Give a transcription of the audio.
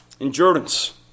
Endurance